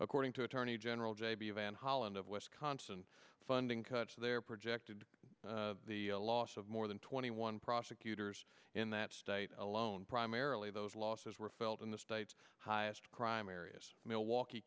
according to attorney general j b van holland of wisconsin funding cuts their projected the loss of more than twenty one prosecutors in that state alone primarily those losses were felt in the state's highest crime areas milwaukee